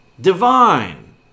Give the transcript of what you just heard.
divine